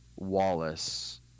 Wallace